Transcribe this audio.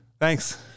thanks